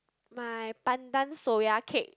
my pandan soya cake